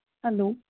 hello